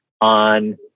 on